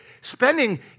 spending